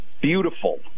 beautiful